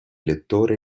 lettore